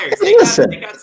listen